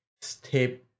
step